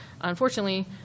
Unfortunately